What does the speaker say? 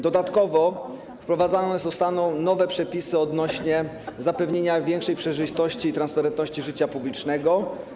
Dodatkowo wprowadzone zostaną nowe przepisy odnośnie do zapewnienia większej przejrzystości i transparentności życia publicznego.